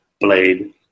Blade